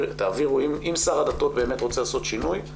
אם שר הדתות באמת רוצה לעשות שינוי,